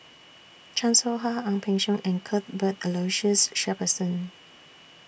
Chan Soh Ha Ang Peng Siong and Cuthbert Aloysius Shepherdson